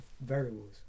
variables